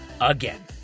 again